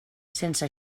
sense